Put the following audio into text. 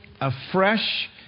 afresh